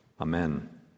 Amen